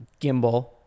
gimbal